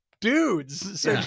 dudes